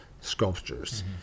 sculptures